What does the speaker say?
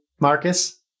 Marcus